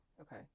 Okay